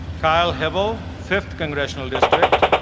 kyle hybl fifth congressional district,